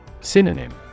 Synonym